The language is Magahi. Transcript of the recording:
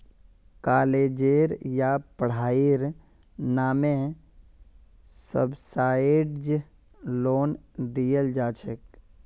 कालेजेर या पढ़ाईर नामे सब्सिडाइज्ड लोन दियाल जा छेक